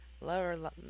lower